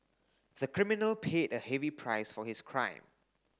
the criminal paid a heavy price for his crime